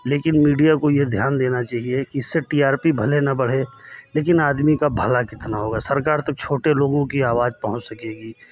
लेकिन मीडिया को ये ध्यान देना चाहिए कि इससे टी आर पी भले ना बढ़े लेकिन आदमी का भला कितना होगा सरकार तक छोटे लोगों की आवाज पहुँच सकेगी